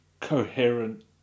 coherent